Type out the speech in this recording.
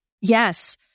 Yes